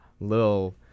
little